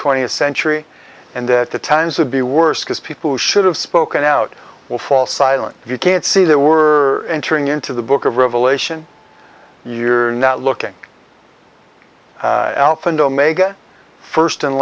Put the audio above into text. twentieth century and that the times would be worse because people should have spoken out or fall silent if you can't see that we're entering into the book of revelation you're not looking first and